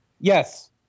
Yes